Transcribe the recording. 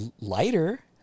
lighter